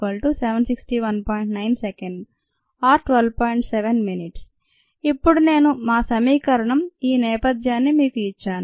9 s ఇప్పుడు నేను మా సమీకరణం ఈ నేపథ్యాన్ని మీకు ఇచ్చాను